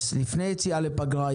לפני היציאה לפגרה,